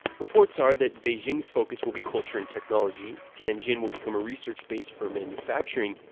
reports are that beijing's focus will be culture and technology, tianjin will become a research base for manufacturing,